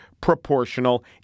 proportional